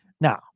Now